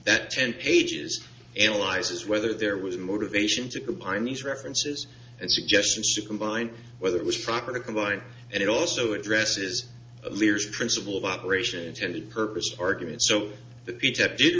that ten pages analyzes whether there was a motivation to combine these references and suggestions to combine whether it was proper to combine and it also addresses liers principle of operation intended purpose argument so th